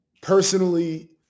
personally